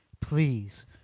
Please